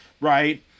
Right